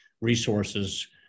resources